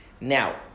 Now